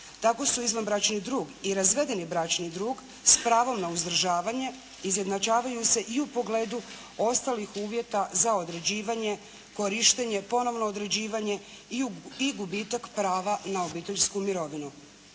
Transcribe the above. Tako su izvanbračni drug i razvedeni bračni drug s pravom na uzdržavanje izjednačavaju se i u pogledu ostalih uvjeta za određivanje, korištenje, ponovno određivanje i gubitak prava na obiteljsku mirovinu.